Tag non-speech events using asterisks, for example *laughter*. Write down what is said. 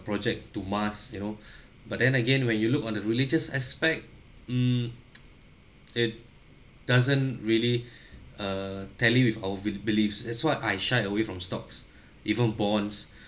project to mask you know *breath* but then again when you look on the religious aspect mm *noise* it doesn't really *breath* err tally with our be~ beliefs that's what I shied away from stocks *breath* even bonds *breath*